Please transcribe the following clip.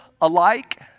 alike